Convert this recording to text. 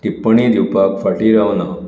टिप्पणी दिवपाक फाटीं रावनात